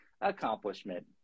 accomplishment